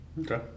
Okay